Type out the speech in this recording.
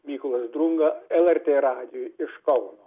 mykolas drunga lrt radijui iš kauno